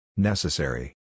Necessary